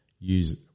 use